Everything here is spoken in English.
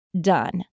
done